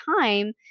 time